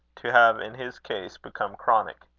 to have in his case become chronic.